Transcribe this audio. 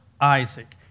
Isaac